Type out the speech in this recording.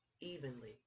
evenly